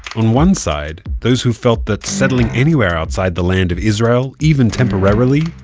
on one side those who felt that settling anywhere outside the land of israel, even temporarily,